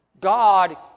God